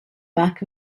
back